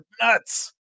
nuts